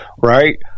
Right